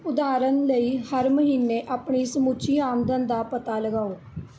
ਉਦਾਹਰਨ ਲਈ ਹਰ ਮਹੀਨੇ ਆਪਣੀ ਸਮੁੱਚੀ ਆਮਦਨ ਦਾ ਪਤਾ ਲਗਾਓ